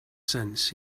sense